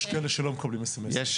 יש כאלה שלא מקבלים אס.אם.אסים.